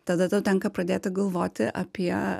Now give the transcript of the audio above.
tada tau tenka pradėti galvoti apie